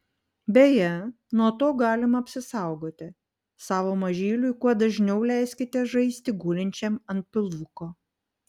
beje nuo to galima apsisaugoti savo mažyliui kuo dažniau leiskite žaisti gulinčiam ant pilvuko